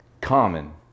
Common